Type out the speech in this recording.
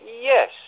Yes